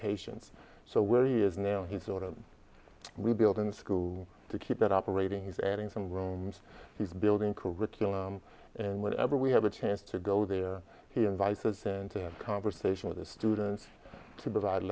locations so where he is now he's sort of rebuilding the school to keep it operating he's adding some rooms he's building curriculum and whenever we have a chance to go there he invited us into conversation with the students to provide